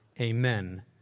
Amen